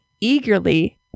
eagerly